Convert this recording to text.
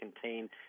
contain